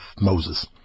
Moses